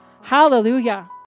Hallelujah